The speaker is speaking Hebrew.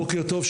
בוקר טוב,